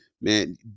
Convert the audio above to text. man